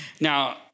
Now